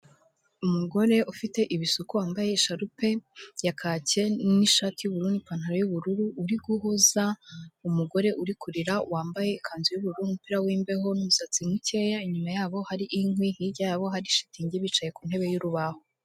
Umugore ufite ibisuku wambaye sharupe ya kake n'ishati y'ubururu n'ipantaro y'ubururu, uri guhoza umugore uri kurira wambaye ikanzu y'ubururu n'umupira w'imbeho n'umusatsi mukeya. Inyuma y'abo hari inkwi, hirya y'abo hari shitingi bicaye ku ntebe y'urubaho.